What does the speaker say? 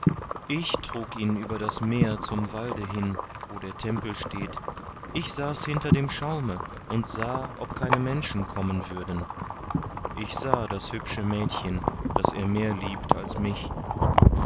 ich trug ihn über das meer zum walde hin wo der tempel steht ich saß hinter dem schaume und sah ob keine menschen kommen würden ich sah das hübsche mädchen das er mehr liebt als mich